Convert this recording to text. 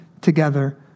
together